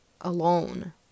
alone